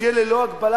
שיהיה ללא הגבלה,